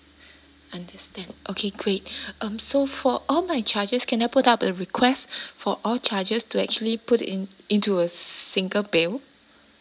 understand okay great um so for all my charges can I put up a request for all charges to actually put in into a s~ single bill